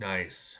Nice